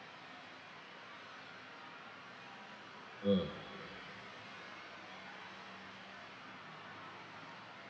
mm